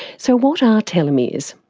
so what are telomeres?